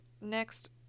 next